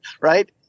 right